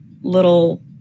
little